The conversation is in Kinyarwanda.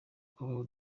kubaho